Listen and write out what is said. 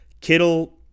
Kittle